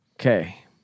Okay